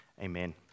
amen